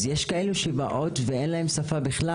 אז יש כאלה שבאות ואין להן שפה בכלל.